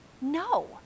no